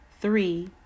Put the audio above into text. Three